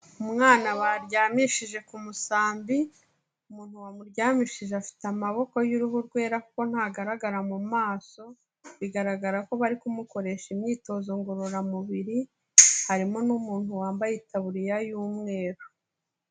Umwana baryamishije ku musambi, umuntu wamuryamishije afite amaboko y'uruhu rwera kuko ntagaragara mu maso, bigaragara ko bari kumukoresha imyitozo ngororamubiri, harimo n'umuntu wambaye itaburiya y'umweru.